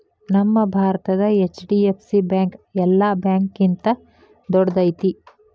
ನಮ್ಮ ಭಾರತದ HDFC bank ಯೆಲ್ಲಾ ಬ್ಯಾಂಕ್ಗಿಂತಾ ದೊಡ್ದೈತಿ